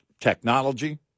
technology